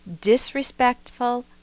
disrespectful